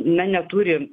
na neturi